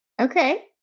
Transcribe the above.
Okay